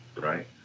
Right